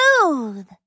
smooth